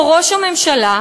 או ראש הממשלה,